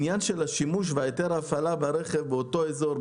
את השימוש וההיתר ההפעלה ברכב באותו אזור,